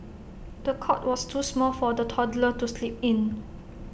the cot was too small for the toddler to sleep in